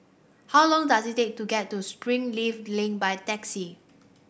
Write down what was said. how long does it take to get to Springleaf Link by taxi